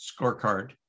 scorecard